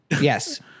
Yes